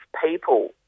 people